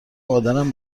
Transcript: مادرم